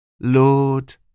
Lord